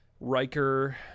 Riker